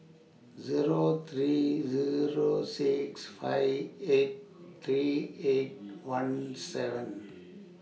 Zero three Zero six five eight three eight one seven